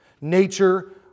Nature